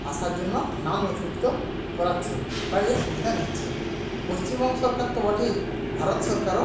আসার জন্য নাম নথিভুক্ত করাচ্ছে বা এর সুবিধা নিচ্ছে পশ্চিমবঙ্গ সরকার তো বটেই ভারত সরকারও